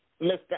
Mr